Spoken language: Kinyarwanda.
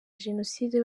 jenoside